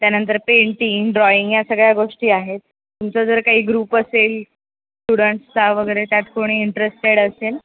त्यानंतर painting drawing या सगळ्या गोष्टी आहेत तुमचं जर काही ग्रुप असेल स्टुडंट्सचा वगैरे त्यात कोणी इंटरेस्टेड असेल